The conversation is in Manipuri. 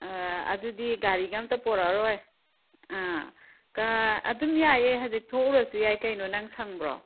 ꯑꯗꯨꯗꯤ ꯒꯥꯔꯤꯒ ꯑꯃꯠꯇ ꯄꯨꯔꯛꯑꯔꯣꯏ ꯑꯥ ꯑꯗꯨꯝ ꯌꯥꯏꯌꯦ ꯍꯧꯖꯤꯛ ꯊꯣꯛꯎꯔꯁꯨ ꯌꯥꯏ ꯀꯩꯅꯣ ꯅꯪ ꯁꯪꯕ꯭ꯔꯣ